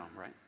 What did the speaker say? right